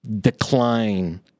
decline